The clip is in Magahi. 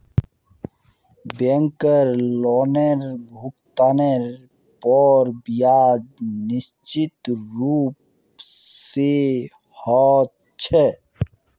बैंकेर लोनभुगतानेर पर ब्याज निश्चित रूप से ह छे